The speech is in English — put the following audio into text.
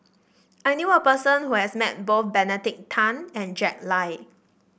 I knew a person who has met both Benedict Tan and Jack Lai